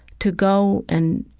to go and